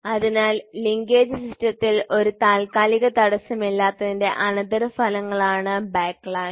അതിനാൽ ലിങ്കേജ് സിസ്റ്റത്തിൽ ഒരു താൽക്കാലിക തടസ്സമില്ലാത്തതിന്റെ അനന്തരഫലങ്ങളാണ് ബാക്ക്ലാഷ്